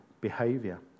behavior